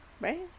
Right